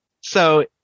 So-